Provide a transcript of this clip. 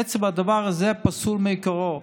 עצם הדבר הזה פסול מעיקרו,